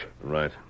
Right